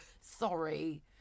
sorry